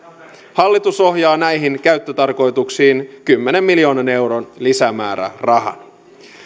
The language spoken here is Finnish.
hallitus ohjaa näihin käyttötarkoituksiin kymmenen miljoonan euron lisämäärärahan